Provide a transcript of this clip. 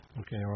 Okay